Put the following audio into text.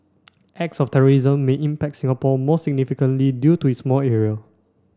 acts of terrorism may impact Singapore more significantly due to its small area